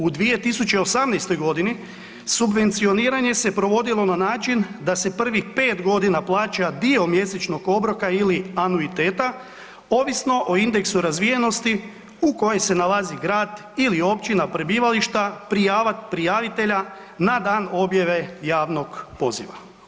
U 2018.g. subvencioniranje se provodilo na način da se prvih 5.g. plaća dio mjesečnog obroka ili anuiteta ovisno o indeksu razvijenosti u koje se nalazi grad ili općina prebivališta prijavitelja na dan objave javnog poziva.